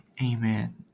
Amen